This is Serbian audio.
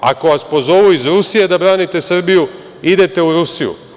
Ako vas pozovu iz Rusije da branite Srbiju, idete u Rusiju.